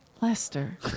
Lester